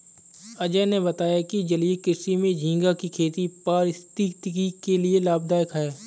अजय ने बताया कि जलीय कृषि में झींगा की खेती पारिस्थितिकी के लिए लाभदायक है